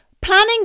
Planning